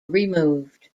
removed